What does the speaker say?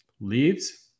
Leaves